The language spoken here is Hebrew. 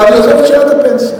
אבל אני עוזב את שאלת הפנסיה.